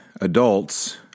adults